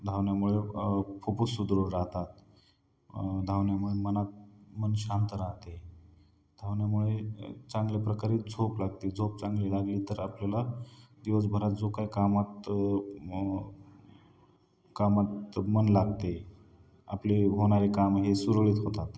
धावण्यामुळे फुफ्फुस सुदृढ राहतात धावण्यामुळे मनात मन शांत राहते धावण्यामुळे एक चांगल्या प्रकारे झोप लागते झोप चांगली लागली तर आपल्याला दिवसभरात जो काय कामात कामात मन लागते आपले होणारे काम हे सुरळीत होतात